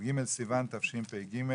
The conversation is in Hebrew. כ"ג סיון תשפ"ג,